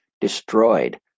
destroyed